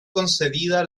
concedida